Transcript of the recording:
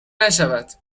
نشوند